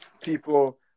people